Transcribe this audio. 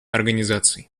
организаций